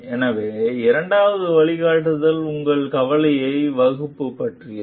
எனவே இரண்டாவது வழிகாட்டுதல் உங்கள் கவலையை வகுப்பது பற்றியது